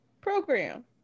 program